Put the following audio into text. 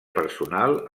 personal